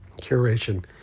curation